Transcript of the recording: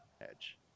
Edge